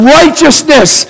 righteousness